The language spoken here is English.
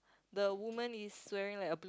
the woman is swearing like a